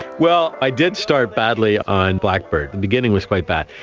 well, i did start badly on blackbird, the beginning was quite bad.